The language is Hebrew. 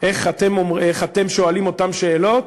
איך אתם שואלים אותן שאלות